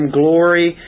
glory